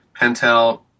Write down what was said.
Pentel